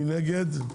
מי נגד?